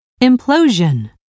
implosion